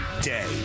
day